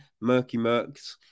murky-murks